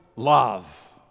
love